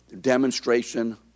demonstration